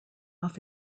off